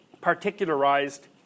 particularized